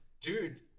Dude